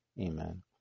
Amen